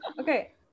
Okay